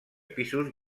pisos